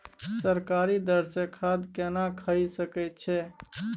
सरकारी दर से खाद केना खरीद सकै छिये?